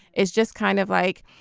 it's just kind of like